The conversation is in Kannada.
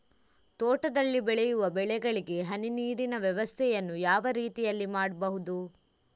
ತೋಟದಲ್ಲಿ ಬೆಳೆಯುವ ಬೆಳೆಗಳಿಗೆ ಹನಿ ನೀರಿನ ವ್ಯವಸ್ಥೆಯನ್ನು ಯಾವ ರೀತಿಯಲ್ಲಿ ಮಾಡ್ಬಹುದು?